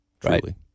truly